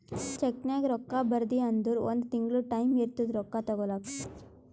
ಚೆಕ್ನಾಗ್ ರೊಕ್ಕಾ ಬರ್ದಿ ಅಂದುರ್ ಒಂದ್ ತಿಂಗುಳ ಟೈಂ ಇರ್ತುದ್ ರೊಕ್ಕಾ ತಗೋಲಾಕ